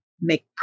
make